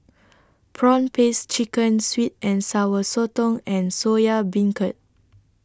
Prawn Paste Chicken Sweet and Sour Sotong and Soya Beancurd